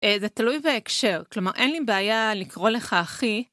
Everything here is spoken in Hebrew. זה תלוי בהקשר, כלומר אין לי בעיה לקרוא לך אחי.